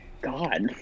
God